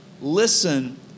listen